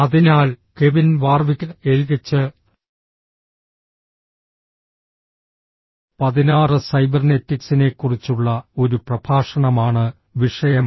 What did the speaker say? അതിനാൽ Kevin Warwick L H 16 സൈബർനെറ്റിക്സിനെക്കുറിച്ചുള്ള ഒരു പ്രഭാഷണമാണ് വിഷയം